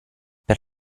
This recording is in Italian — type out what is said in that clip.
per